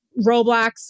Roblox